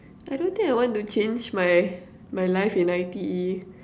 I don't think I want to change my my life in I_T_E